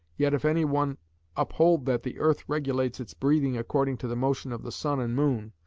yet if anyone uphold that the earth regulates its breathing according to the motion of the sun and moon,